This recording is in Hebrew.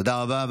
תודה רבה.